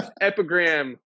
Epigram